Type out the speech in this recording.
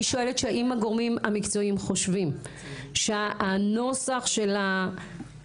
אני שואלת האם הגורמים המקצועיים חושבים שהנוסח של החוק